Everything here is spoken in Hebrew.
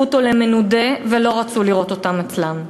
אותו למנודה ולא רצו לראות אותם אצלן.